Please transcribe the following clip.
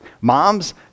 Moms